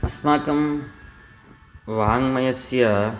अस्माकं वाङ्मयस्य